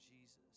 Jesus